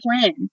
plan